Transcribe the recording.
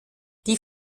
die